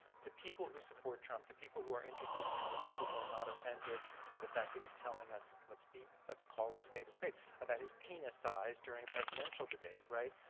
the people who support trump the people who are interested in him, the people who are not offended by the fact that he's telling us, let's be let's call a spade a spade about his penis size during a presidential debate, right?